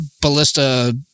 ballista